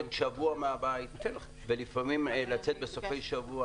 לשבוע מהבית ולפעמים לצאת בסופי שבוע,